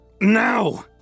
Now